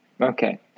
Okay